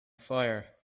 fire